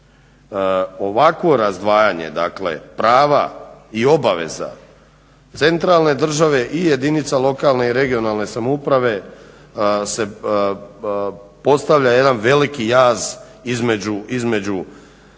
ovakvo razdvajanje dakle prava i obaveza centralne države i jedinica lokalne i regionalne samouprave se postavlja jedan veliki jaz između